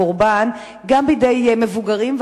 קורבן בידי מבוגרים,